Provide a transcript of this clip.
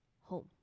home